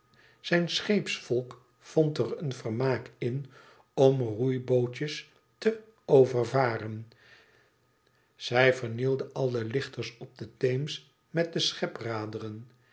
zijn scheepsvolk vond er een vermaak in om roeiboeitjes te overvaren zij vernielde al de lichters op de theems met de schepraderen